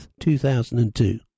2002